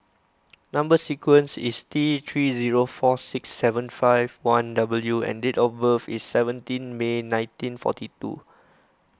Number Sequence is T three zero four six seven five one W and date of birth is seventeen May nineteen forty two